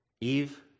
Eve